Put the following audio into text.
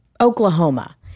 Oklahoma